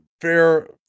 fair